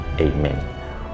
Amen